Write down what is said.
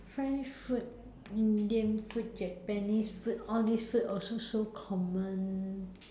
French food Indian food Japanese food all these food also so common